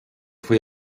faoi